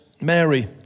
Mary